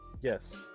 yes